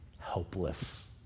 helpless